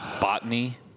Botany